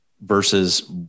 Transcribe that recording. versus